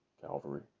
Calvary